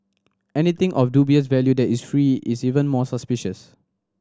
anything of dubious value that is free is even more suspicious